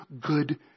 good